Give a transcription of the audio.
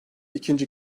ikinci